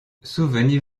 souvenez